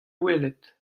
welet